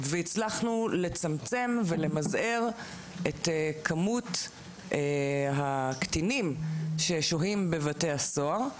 והצלחנו למזער את מספר הקטינים ששוהים בבתי הסוהר.